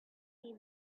see